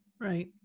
Right